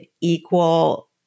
equal